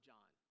John